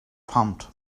pumped